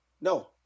No